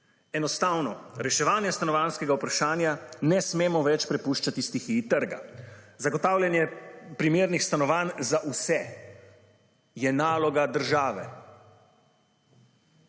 Enostavno reševanje stanovanjskega vprašanja ne smemo več prepuščati stihiji trga. Zagotavljanje primernih stanovanj za vse je naloga države.